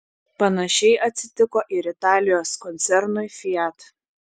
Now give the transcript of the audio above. panašiai atsitiko ir italijos koncernui fiat